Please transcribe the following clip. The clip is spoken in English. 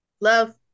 love